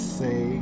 say